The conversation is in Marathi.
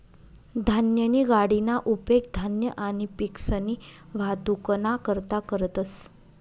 धान्यनी गाडीना उपेग धान्य आणि पिकसनी वाहतुकना करता करतंस